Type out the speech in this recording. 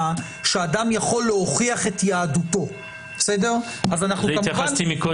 שאדם יכול להוכיח את יהדותו --- לזה התייחסתי קודם.